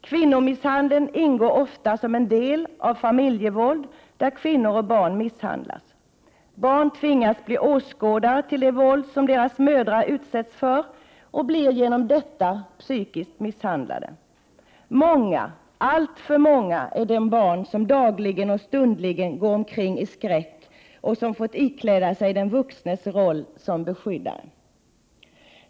Kvinnomisshandeln ingår ofta som en del av ett familjevåld där kvinnor och barn misshandlas. Barn tvingas att bli åskådare till det våld som deras mödrar utsätts för och blir genom detta psykiskt misshandlade. Många, alltför många, är de barn som dagligen och stundligen går omkring i skräck och som fått ikläda sig den vuxnes roll som beskyddare.